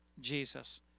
Jesus